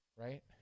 Right